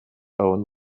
own